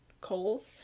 coals